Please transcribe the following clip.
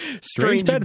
strange